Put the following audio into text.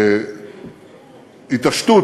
בהתעשתות,